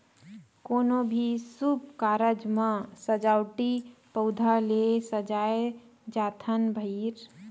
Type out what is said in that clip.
कोनो भी सुभ कारज म सजावटी पउधा ले सजाए जाथन भइर